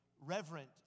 reverent